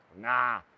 nah